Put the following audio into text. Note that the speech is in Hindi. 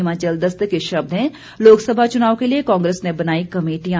हिमाचल दस्तक के शब्द हैं लोकसभा चुनाव के लिए कांग्रेस ने बनाई कमेटियां